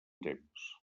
temps